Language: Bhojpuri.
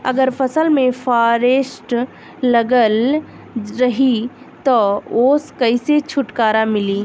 अगर फसल में फारेस्ट लगल रही त ओस कइसे छूटकारा मिली?